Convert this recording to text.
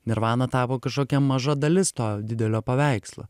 nirvana tapo kažkokia maža dalis to didelio paveikslo